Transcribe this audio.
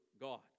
God